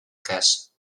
cas